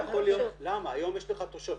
היום יש לך תושבים,